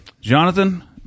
Jonathan